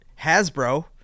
Hasbro